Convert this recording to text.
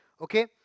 Okay